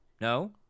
No